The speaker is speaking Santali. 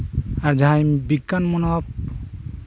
ᱟᱨ ᱡᱟᱸᱦᱟᱭ ᱵᱤᱜᱽᱜᱟᱱ ᱢᱚᱱᱳᱵᱷᱟᱵ